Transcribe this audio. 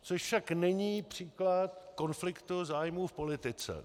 Což však není příklad konfliktu zájmů v politice.